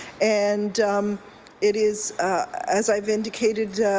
and it is as i indicated